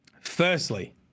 Firstly